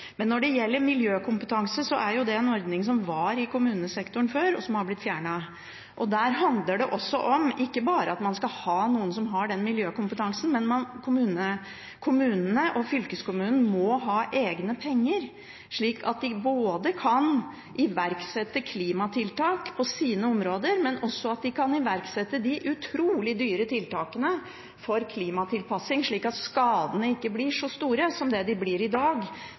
men kommunene og fylkeskommunen må ha egne penger, slik at de både kan iverksette klimatiltak på sine områder, og at de kan iverksette de utrolig dyre tiltakene for klimatilpasning, slik at skadene på viktig infrastruktur ikke blir så store som de blir i dag